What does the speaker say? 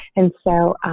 and so,